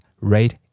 rate